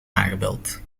aangebeld